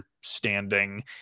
standing